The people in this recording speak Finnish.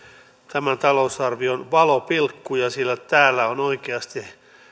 tämän talousarvion valopilkkuja sillä täällä on oikeasti